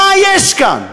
מה יש כאן?